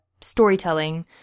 storytelling